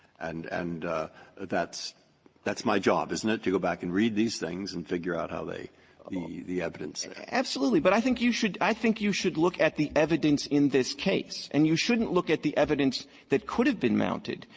and and that's that's my job, isn't it, to go back and read these things and figure out how they the the evidence. clement absolutely. but i think you should i think you should look at the evidence in this case, and you shouldn't look at the evidence that could have been mounted.